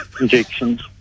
injections